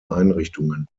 einrichtungen